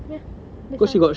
ya that's all